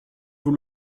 vous